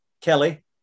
Kelly